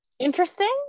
Interesting